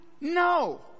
No